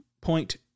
point